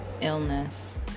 illness